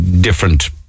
different